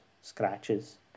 scratches